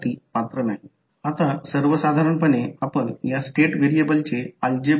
तर ते L1 L2 2 M असेल याचा अर्थ सर्वसाधारणपणे ते L1 L2 2 M असेल